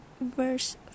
verse